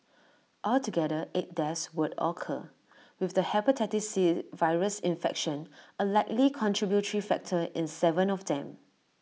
altogether eight deaths would occur with the Hepatitis C virus infection A likely contributory factor in Seven of them